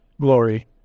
glory